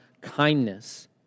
kindness